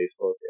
Facebook